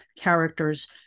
characters